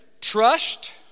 Trust